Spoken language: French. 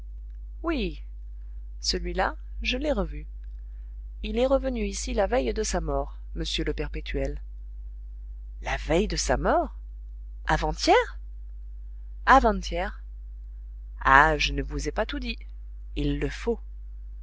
oui celui-là je l'ai revu il est revenu ici la veille de sa mort monsieur le perpétuel la veille de sa mort avant-hier avant-hier ah je ne vous ai pas tout dit il le faut